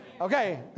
Okay